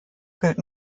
gilt